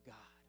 God